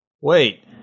Wait